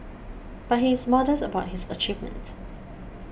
but he is modest about his achievement